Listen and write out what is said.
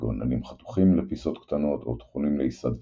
כגון עלים חתוכים לפיסות קטנות או טחונים לעיסה דביקה,